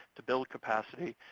to build capacity.